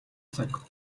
цаг